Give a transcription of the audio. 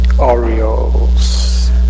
Orioles